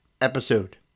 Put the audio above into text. Episode